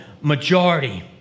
majority